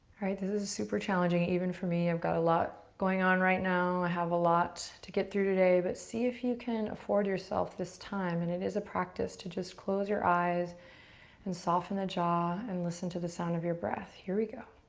alright, this is super challenging, even for me. i've got a lot going on right now, i have a lot to get through today. but see if you can afford yourself this time, and it is a practice to just close your eyes and soften the jaw and listen to the sound of your breath. here we go.